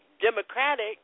democratic